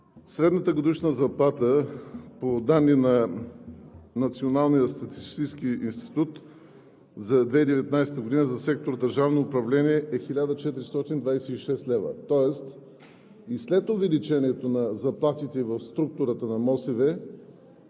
средната годишна заплата – по данни на Националния статистически институт за 2019 г. за сектор „Държавно управление“, е 1426 лв. Тоест и след увеличението на заплатите в структурата на МОСВ